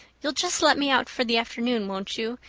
you'll just let me out for the afternoon, won't you?